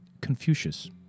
Confucius